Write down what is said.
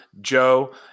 Joe